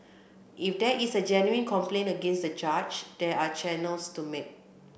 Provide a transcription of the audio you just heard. if there is a genuine complaint against the judge there are channels to make